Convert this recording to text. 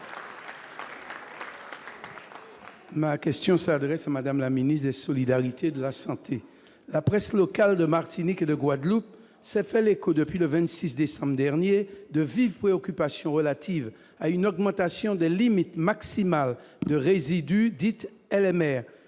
Ma question s'adresse à Madame la ministre des solidarités, de la santé, la presse locale de Martinique et de Guadeloupe s'est fait l'écho depuis le 26 décembre dernier de vives préoccupations relatives à une augmentation des limites maximales de résidus dite LMR